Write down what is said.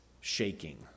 shaking